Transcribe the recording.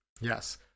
Yes